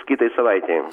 kitai savaitei